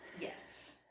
Yes